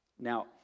Now